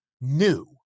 new